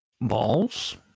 Balls